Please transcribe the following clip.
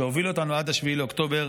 שהובילו אותנו עד 7 באוקטובר.